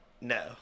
No